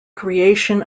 creation